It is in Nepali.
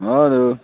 हेलो